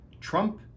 Trump